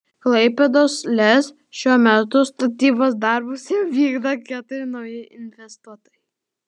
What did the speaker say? klaipėdos lez šiuo metu statybos darbus jau vykdo keturi nauji investuotojai